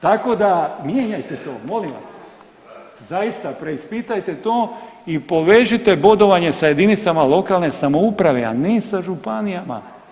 Tako da mijenjajte to molim vas, zaista preispitajte to i povežite bodovanje sa jedinicama lokalne samouprave, a ne sa županijama.